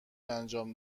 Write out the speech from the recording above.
انجام